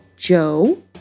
Joe